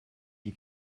die